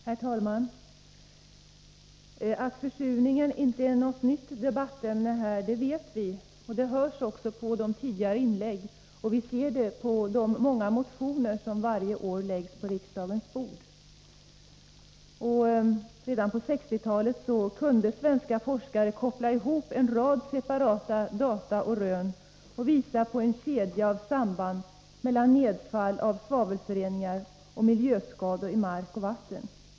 Herr talman! Vi vet att försurningen inte är något nytt debattämne. Det har också hörts av tidigare inlägg, och vi ser det på de många motioner som varje år läggs på riksdagens bord. Redan på 1960-talet kunde svenska forskare koppla ihop en rad separata data och rön och visa på en kedja av samband mellan nedfall av svavelföreningar och miljöskador i mark och vatten.